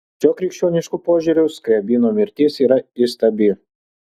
šiuo krikščionišku požiūriu skriabino mirtis yra įstabi